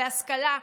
בהשכלה,